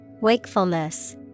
Wakefulness